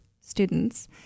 students